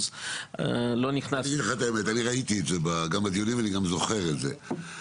--- אני ראיתי את זה בדיונים ואני גם זוכר את זה.